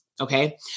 Okay